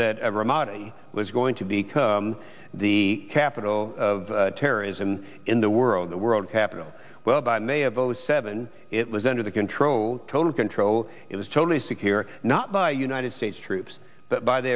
mati was going to be come the capital of terrorism in the world the world capital well by may of zero seven it was under the control total control it was totally secure not by united states troops but by the